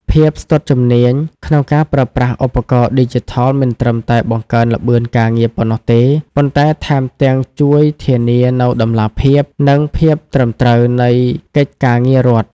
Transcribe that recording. ភាពស្ទាត់ជំនាញក្នុងការប្រើប្រាស់ឧបករណ៍ឌីជីថលមិនត្រឹមតែបង្កើនល្បឿនការងារប៉ុណ្ណោះទេ ប៉ុន្តែថែមទាំងជួយធានានូវតម្លាភាព និងភាពត្រឹមត្រូវនៃកិច្ចការងាររដ្ឋ។